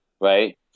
right